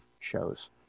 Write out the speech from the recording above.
shows